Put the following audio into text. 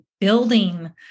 building